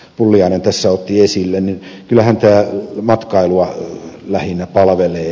pulliainen tässä otti esille niin kyllähän tämä matkailua lähinnä palvelee